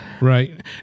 Right